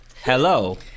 Hello